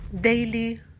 daily